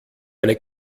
eine